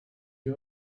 you